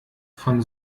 von